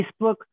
Facebook